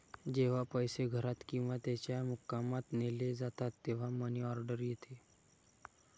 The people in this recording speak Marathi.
जेव्हा पैसे घरात किंवा त्याच्या मुक्कामात नेले जातात तेव्हा मनी ऑर्डर येते